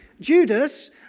Judas